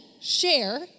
share